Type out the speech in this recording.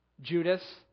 Judas